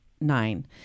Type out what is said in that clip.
nine